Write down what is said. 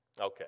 Okay